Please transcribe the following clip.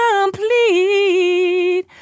complete